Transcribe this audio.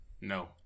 No